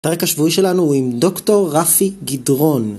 פרק השבועי שלנו הוא עם דוקטור רפי גדרון